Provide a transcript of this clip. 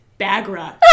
bagra